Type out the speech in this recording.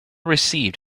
received